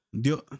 Dios